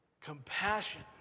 compassion